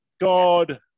God